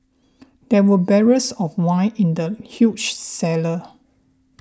there were barrels of wine in the huge cellar